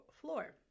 floor